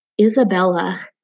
Isabella